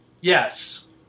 Yes